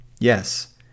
Yes